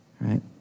right